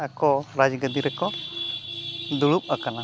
ᱟᱠᱚ ᱨᱟᱡᱽ ᱜᱚᱫᱤ ᱨᱮᱠᱚ ᱫᱩᱲᱩᱵ ᱟᱠᱟᱱᱟ